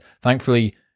Thankfully